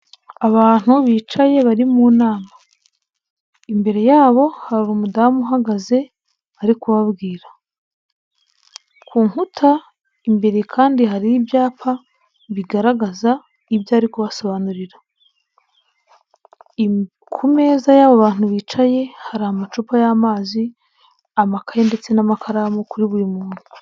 Abantu bicaye bari mu inama, imbere yabo hari umudamu uhagaze ari kubabwira . Ku inkuta imbere kandi hari ibyapa bigaragaza ibyo ari kubasobanurira . Ku meza y'abo bantu hari amacupa y'amazi amakaye n'amakaramu kuri buri muntu.